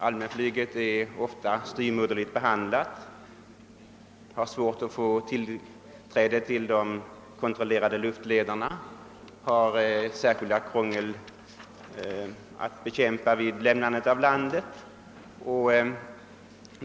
Allmänflyget är ofta styvmoderligt behandlat; det har svårt att få tillträde till de kontrollerade luftlederna, och det har mycket krångel att bemästra vid flygning till utlandet.